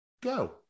go